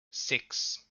six